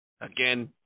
again